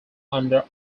under